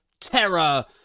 terror